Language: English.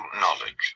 knowledge